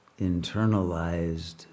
internalized